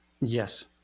Yes